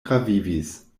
travivis